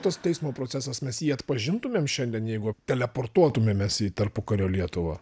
tas teismo procesas mes jį atpažintumėm šiandien jeigu teleportuotumėmės į tarpukario lietuvą